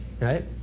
right